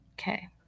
Okay